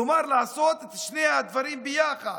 כלומר, לעשות את שני הדברים ביחד,